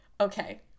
Okay